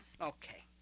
Okay